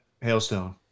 hailstone